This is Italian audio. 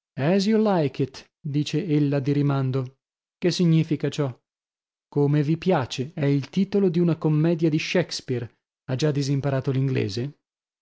you like it dice ella di rimando che significa ciò come vi piace è il titolo di una commedia di shakespeare ha già disimparato